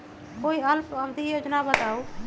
कोई अल्प अवधि योजना बताऊ?